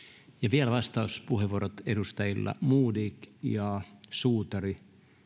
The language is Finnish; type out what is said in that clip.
vielä vastauspuheenvuorot edustajille modig suutari